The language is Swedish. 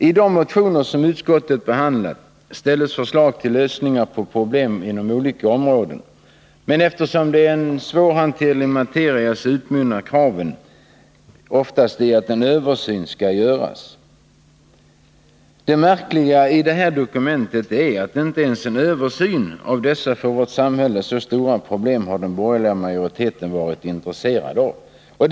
I de motioner som utskottsbehandlats ställs förslag till lösningar av problem på olika områden, men eftersom det här är en svårhanterlig materia utmynnar de ofta i krav på en översyn. Det märkliga i det dokument vi nu behandlar är att den borgerliga majoriteten inte ens varit intresserad av en översyn av dessa för vårt samhälle så stora problem.